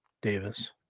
Davis